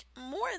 more